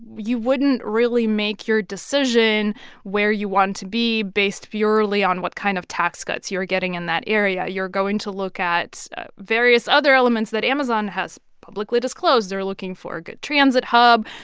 you wouldn't really make your decision where you want to be based purely on what kind of tax cuts you're getting in that area. you're going to look at various other elements that amazon has publicly disclosed. they're looking for a good transit hub.